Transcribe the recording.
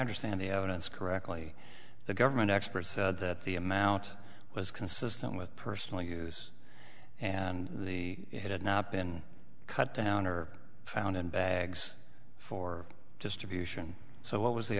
understand the evidence correctly the government experts said that the amount was consistent with personal use and the it had not been cut down or found in bags for distribution so what was the